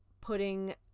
putting